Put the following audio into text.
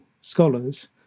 scholars